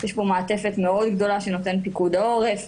יש פה מעטפת מאוד גדולה שנותן פיקוד העורף,